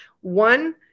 one